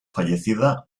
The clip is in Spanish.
fallecida